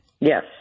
Yes